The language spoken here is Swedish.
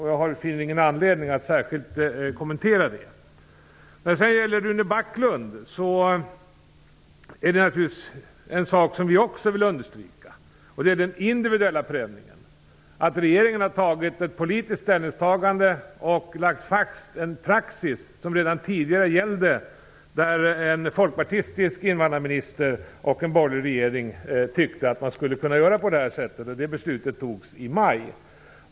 Jag finner ingen anledning att särskilt kommentera det. När det gäller Rune Backlunds anförande vill jag understryka den individuella förändringen att regeringen har gjort ett politiskt ställningsstagande och lagt fast en praxis som redan tidigare gällde, där en folkpartistisk invandrarminister och en borgerlig regering ansåg att man skulle kunna göra så här. Det beslutet fattades i maj.